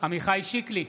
עמיחי שיקלי,